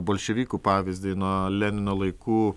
bolševikų pavyzdį nuo lenino laikų